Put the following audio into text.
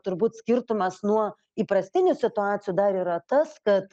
turbūt skirtumas nuo įprastinių situacijų dar yra tas kad